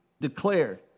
declared